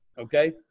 okay